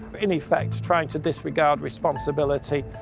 in effect trying to disregard responsibility.